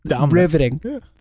riveting